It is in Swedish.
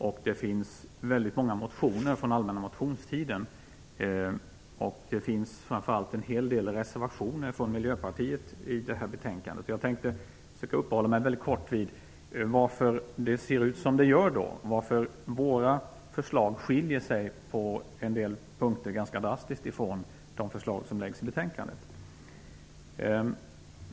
Där tas också upp många motioner från den allmänna motionstiden. Framför allt finns en hel del reservationer från Miljöpartiet. Jag tänkte försöka uppehålla mig kort vid varför det ser ut som det gör och varför våra förslag på en del punkter ganska drastiskt skiljer sig från dem som läggs fram i betänkandet.